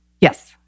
Yes